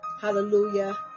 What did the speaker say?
hallelujah